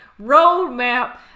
roadmap